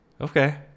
Okay